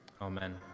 Amen